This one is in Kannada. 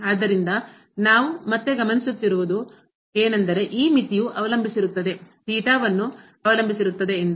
ಆದ್ದರಿಂದ ನಾವು ಮತ್ತೆ ಗಮನಿಸುತ್ತಿರುವುದು ಏನೆಂದರೆ ಈ ಮಿತಿಯು ಅವಲಂಬಿಸಿರುತ್ತದೆ ಥೀಟಾವನ್ನು ಅವಲಂಬಿಸಿರುತ್ತದೆ ಎಂದು